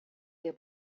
der